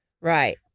Right